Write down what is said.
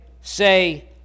say